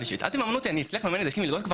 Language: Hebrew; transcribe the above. אל תממנו אותי כי אני אצליח לבד כי אני מקבל מלגות,